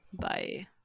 Bye